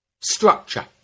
structure